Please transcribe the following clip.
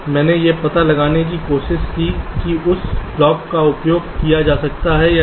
मैंने यह पता लगाने की कोशिश की कि उस ब्लॉक का उपयोग किया जा रहा है या नहीं